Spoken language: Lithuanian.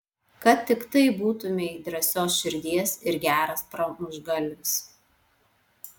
kad tiktai būtumei drąsios širdies ir geras pramuštgalvis